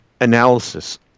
analysis